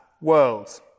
world